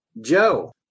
Joe